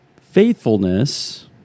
Faithfulness